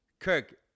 Kirk